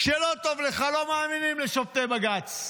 כשלא טוב לך, לא מאמינים לשופטי בג"ץ.